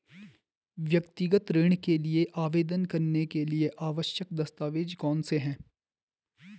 व्यक्तिगत ऋण के लिए आवेदन करने के लिए आवश्यक दस्तावेज़ कौनसे हैं?